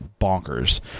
bonkers